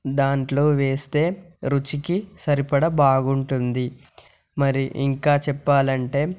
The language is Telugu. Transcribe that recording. దాంట్లో వేస్తే రుచికి సరిపడ బాగుంటుంది మరి ఇంకా చెప్పాలంటే